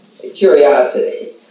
curiosity